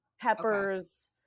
Peppers